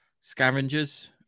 scavengers